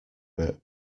bit